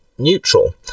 neutral